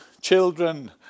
children